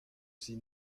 sie